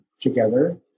together